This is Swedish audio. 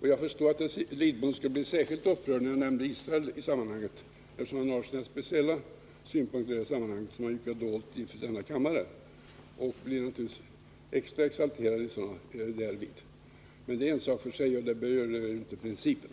Jag förstod att herr Lidbom skulle bli särskilt upprörd när jag nämnde Israel, eftersom han har sina speciella synpunkter i det sammanhanget som han icke har dolt för denna kammare. Naturligtvis blev han extra exalterad därvid, men det är en sak för sig och berör inte principen.